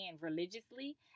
religiously